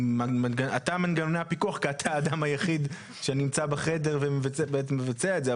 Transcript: אתה מנגנוני הפיקוח כי אתה האדם היחיד שנמצא בחדר ובעצם מבצע את זה,